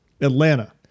Atlanta